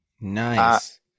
nice